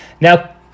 Now